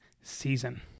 season